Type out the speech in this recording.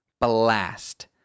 blast